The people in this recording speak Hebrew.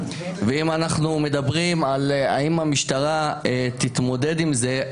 ואם אנחנו מדברים על אם המשטרה תתמודד עם זה,